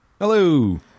hello